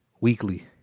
weekly